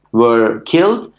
were killed.